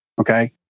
Okay